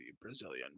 Brazilian